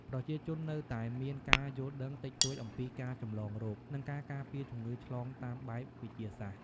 ប្រជាជននៅតែមានការយល់ដឹងតិចតួចអំពីការចម្លងរោគ និងការការពារជំងឺឆ្លងតាមបែបវិទ្យាសាស្ត្រ។